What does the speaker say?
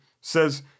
says